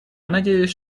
надеюсь